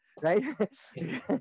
right